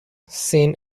seen